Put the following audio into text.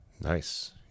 nice